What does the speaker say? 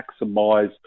maximize